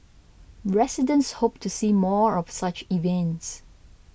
residents hope to see more of such events